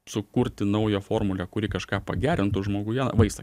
sukurti naują formulę kuri kažką pagerintų žmoguje vaistą